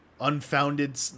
unfounded